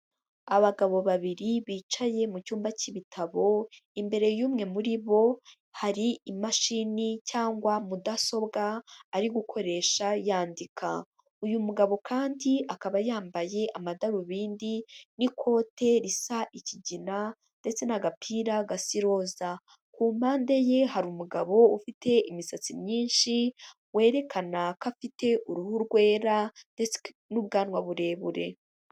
Abagabo babiri, bicaye mu cyumba cy'ibitabo, imbere y'umwe muri bo, hari imashini cyangwa mudasobwa, ari gukoresha yandika, uyu mugabo kandi akaba yambaye amadarubindi n'ikote risa ikigina ndetse n'agapira gasa iroza, ku mpande ye hari umugabo ufite imisatsi myinshi, werekana ko afite uruhu rwera ndetse n'ubwanwa burebure.